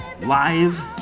live